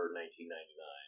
1999